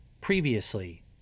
Previously